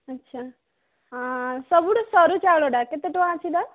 ଆଚ୍ଛା ସବୁଠୁ ସରୁ ଚାଉଳଟା କେତେ ଟଙ୍କା ଅଛି ଦାମ୍